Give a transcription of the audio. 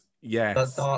Yes